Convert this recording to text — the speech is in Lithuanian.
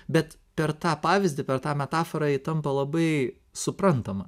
bet per tą pavyzdį per tą metaforą ji tampa labai suprantama